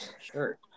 Sure